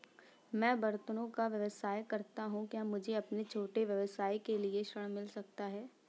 मैं बर्तनों का व्यवसाय करता हूँ क्या मुझे अपने छोटे व्यवसाय के लिए ऋण मिल सकता है?